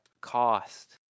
cost